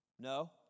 No